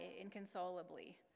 inconsolably